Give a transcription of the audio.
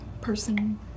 person